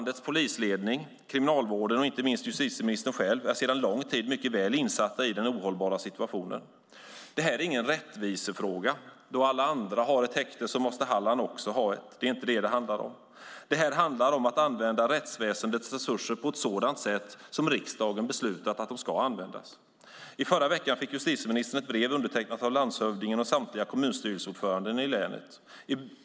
Landets polisledning, Kriminalvården och inte minst justitieministern själv är sedan lång tid mycket väl insatta i den ohållbara situationen. Detta är ingen rättvisefråga. Då alla andra har ett häkte måste också Halland ha ett - det är inte detta det handlar om. Det handlar om att använda rättsväsendets resurser på ett sådant sätt som riksdagen har beslutat att de ska användas. I förra veckan fick justitieministern ett brev undertecknat av landshövdingen och samtliga kommunstyrelseordförande i länet.